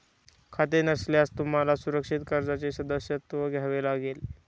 खाते नसल्यास तुम्हाला सुरक्षित कर्जाचे सदस्यत्व घ्यावे लागेल